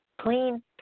clean